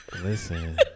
listen